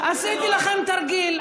עשיתי לכם תרגיל.